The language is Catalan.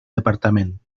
departament